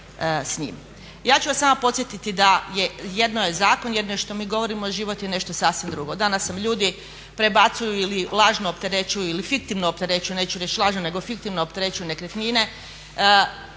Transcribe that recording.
Ja ću vas samo podsjetiti da je jedno zakon, jedno je što mi govorimo, a život je nešto sasvim drugo. Danas vam ljudi prebacuju ili lažno opterećuju, ili fiktivno opterećuju, neću reći lažno nego fiktivno opterećuju nekretnine,